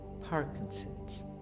Parkinson's